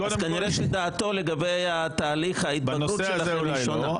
כנראה שדעתו לגבי תהליך ההתבגרות שלכם הוא שונה.